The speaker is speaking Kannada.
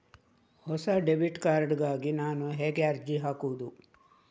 ಹೊಸ ಡೆಬಿಟ್ ಕಾರ್ಡ್ ಗಾಗಿ ನಾನು ಹೇಗೆ ಅರ್ಜಿ ಹಾಕುದು?